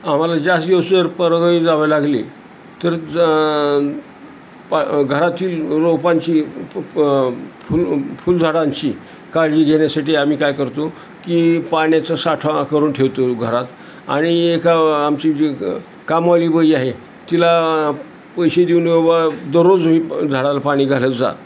आम्हाला जास्त दिवस जर परगावी जावें लागले तर पा घरातील रोपांची प प फुल फुलझडांची काळजी घेण्यासाठी आम्ही काय करतो की पाण्याचं साठव करून ठेवतो घरात आणि एका आमची जी कामावाली बाई आहे तिला पैसे देऊन बाबा दररोज येऊन झाडाला पाणी घालतजा